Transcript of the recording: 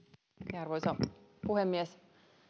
arvoisa puhemies